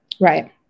Right